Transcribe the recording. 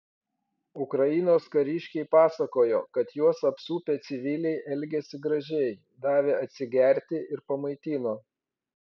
ukrainos kariškiai pasakojo kad juos apsupę civiliai elgėsi gražiai davė atsigerti ir pamaitino